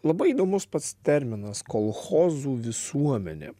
labai įdomus pats terminas kolchozų visuomenė